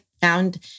found